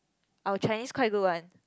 our Chinese quite good one